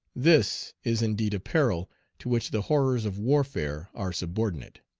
this is indeed a peril to which the horrors of warfare are subordinate.